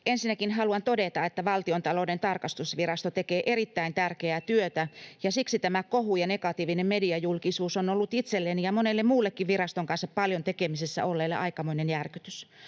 Ensinnäkin haluan todeta, että Valtiontalouden tarkastusvirasto tekee erittäin tärkeää työtä, ja siksi tämä kohu ja negatiivinen mediajulkisuus ovat olleet itselleni ja monelle muullekin viraston kanssa paljon tekemisissä olleelle aikamoinen järkytys.